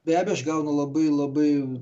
be abejo aš gaunu labai labai